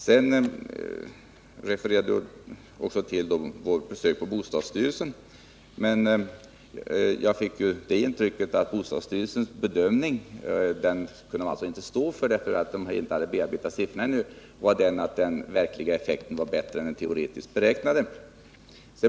Birgitta Dahl refererade till vårt besök på bostadsstyrelsen. Men jag fick det intrycket att bostadsstyrelsens bedömning — även om man där inte kunde stå för den därför att man inte bearbetat siffrorna ännu — var att den verkliga effekten var bättre än den teoretiskt beräknade.